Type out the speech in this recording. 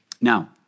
Now